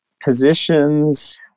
positions